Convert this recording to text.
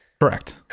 correct